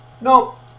Nope